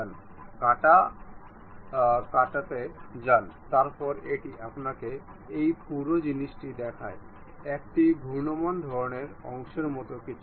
সুতরাং এখন আপনি দেখতে পারেন যে এই বলটি এই স্লাইডে চলে যেতে পারে